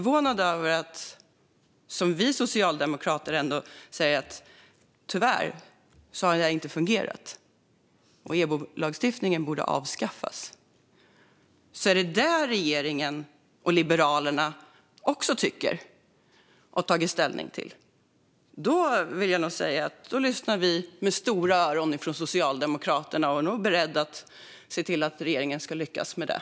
Vi socialdemokrater säger att det tyvärr inte har fungerat och att EBO-lagstiftningen borde avskaffas. Är det vad regeringen och Liberalerna också tycker och har tagit ställning till lyssnar vi med stora öron från Socialdemokraterna. Vi är nog beredda att se till att regeringen ska lyckas med det.